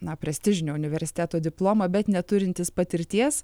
na prestižinio universiteto diplomą bet neturintis patirties